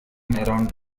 grounds